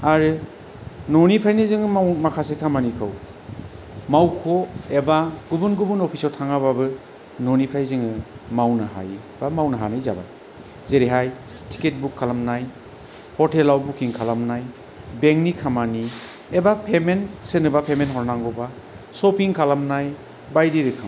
आरो न'निफ्रायनो जोङो माखासे खामानिखौ मावख' एबा गुबुन गुबुन अफिसाव थाङाबाबो न'निफ्राय जोङो मावनो हायो बा मावनो हानाय जाबाय जेरैहाय टिकेट बुक खालामनाय हटेलाव बुकिं खालामनाय बेंकनि खामानि एबा पेमेन्ट सोरनोबा पेमेन्ट हरनांगौबा शपिं खालामनाय बायदि रोखोम